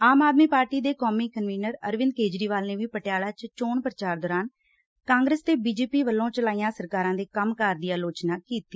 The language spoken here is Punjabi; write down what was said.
ਆਮ ਆਦਮੀ ਪਾਰਟੀ ਦੇ ਕੌਮੀ ਕਨਵੀਨਰ ਅਰਵਿੰਦ ਕੇਜਰੀਵਾਲ ਨੇ ਵੀ ਪਟਿਆਲਾ ਚ ਚੋਣ ਪ੍ਚਾਰ ਦੌਰਾਨ ਕਾਂਗਰਸ ਤੇ ਬੀਜੇਪੀ ਵੱਲੋਂ ਚਲਾਈਆਂ ਸਰਕਾਰਾਂ ਦੇ ਕੰਮ ਕਾਰ ਦੀ ਆਲੋਚਨਾ ਕੀਤੀ